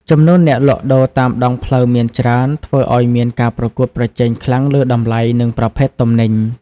ចំនួនអ្នកលក់ដូរតាមដងផ្លូវមានច្រើន ធ្វើឱ្យមានការប្រកួតប្រជែងខ្លាំងលើតម្លៃ និងប្រភេទទំនិញ ។